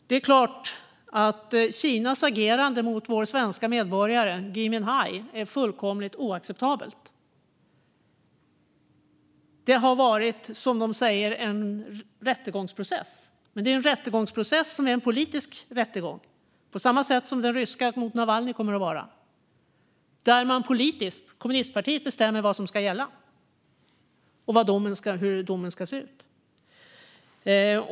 Det är klart att Kinas agerande mot vår svenska medborgare Gui Minhai är fullkomligt oacceptabelt. Det har varit vad de kallar en rättegångsprocess. Men det är en rättegångsprocess som är politisk, på samma sätt som den ryska mot Navalnyj kommer att vara, där kommunistpartiet bestämmer vad som ska gälla och hur domen ska se ut.